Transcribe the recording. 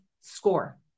score